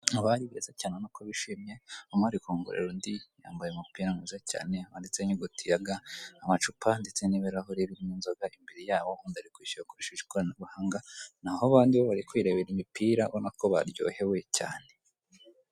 Abari beza cyane urabona ko bishimye; umwe arikongorera undi yamabye umupira mwiza cyane wanditseho inyuguti ya ga, amacupa ndetse n'ibirahure birimo inzoga imbere yabo undi ari kwishyura akoresheje ikoranabuhanga ; na ho abandi bo bari kwirebera imipira urabona ko baryohewe cyane.